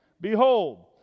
Behold